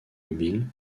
mobiles